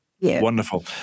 Wonderful